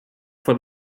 for